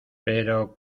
pero